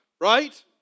right